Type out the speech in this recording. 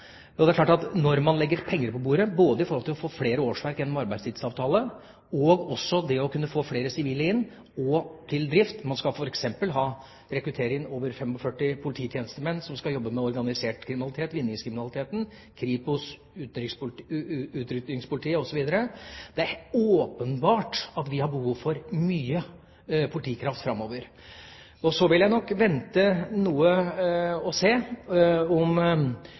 Man legger penger på bordet, både i forhold til det å få flere årsverk gjennom arbeidstidsavtalen og å kunne få flere sivile inn, og til drift – man skal f.eks. rekruttere over 45 polititjenestemenn som skal jobbe med organisert kriminalitet – man har vinningskriminaliteten, Kripos, utrykningspolitiet osv. Det er åpenbart at vi har behov for mye politikraft framover. Så vil jeg nok vente noe og se hvordan det går med de kullene som nå kommer ut fra Politihøgskolen. Jeg er ganske overbevist om